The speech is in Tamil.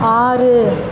ஆறு